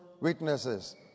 witnesses